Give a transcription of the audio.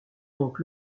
donc